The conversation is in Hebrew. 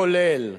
כולל